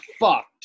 fucked